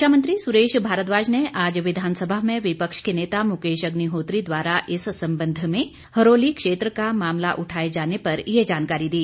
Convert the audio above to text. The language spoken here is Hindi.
शिक्षा मंत्री सुरेश भारद्वाज ने आज विधानसभा में विपक्ष के नेता मुकेश अग्निहोत्री द्वारा इस संबंध में हरोली क्षेत्र का मामला उठाये जाने पर ये जानकारी दी